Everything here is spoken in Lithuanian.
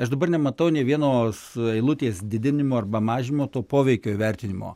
aš dabar nematau nė vienos eilutės didinimo arba mažinimo to poveikio įvertinimo